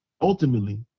ultimately